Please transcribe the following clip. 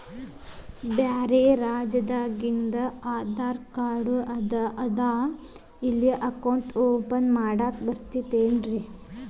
ಬ್ಯಾರೆ ರಾಜ್ಯಾದಾಗಿಂದು ಆಧಾರ್ ಕಾರ್ಡ್ ಅದಾ ಇಲ್ಲಿ ಅಕೌಂಟ್ ಓಪನ್ ಮಾಡಬೋದೇನ್ರಿ?